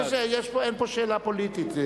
חוץ מזה, אין פה שאלה פוליטית.